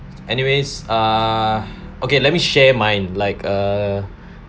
anyways uh okay let me share mine like err